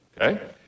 okay